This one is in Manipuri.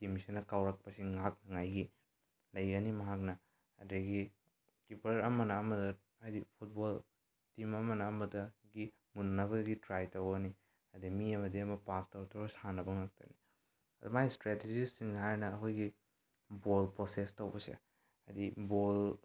ꯇꯤꯝꯁꯤꯅ ꯀꯥꯎꯔꯛꯄꯁꯤ ꯉꯥꯛꯅꯉꯥꯏꯒꯤ ꯂꯩꯒꯅꯤ ꯃꯍꯥꯛꯅ ꯑꯗꯨꯗꯒꯤ ꯀꯤꯄꯔ ꯑꯃꯅ ꯑꯃꯗ ꯍꯥꯏꯗꯤ ꯐꯨꯠꯕꯣꯜ ꯇꯤꯝ ꯑꯃꯅ ꯑꯃꯗꯒꯤ ꯄꯨꯅꯕꯒꯤ ꯇ꯭ꯔꯥꯏ ꯇꯧꯒꯅꯤ ꯑꯗꯒꯤ ꯃꯤ ꯑꯃꯗꯒꯤ ꯑꯃꯗ ꯄꯥꯁ ꯇꯧꯗꯨꯅ ꯁꯥꯟꯅꯕ ꯉꯥꯛꯇ ꯑꯗꯨꯃꯥꯏꯅ ꯏꯁꯇ꯭ꯔꯦꯇꯤꯖꯤꯁꯤꯡ ꯍꯥꯏꯔꯒꯅ ꯑꯩꯈꯣꯏꯒꯤ ꯕꯣꯜ ꯄꯣꯁꯦꯁ ꯇꯧꯕꯁꯦ ꯍꯥꯏꯗꯤ ꯕꯣꯜ